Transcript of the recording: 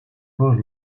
todos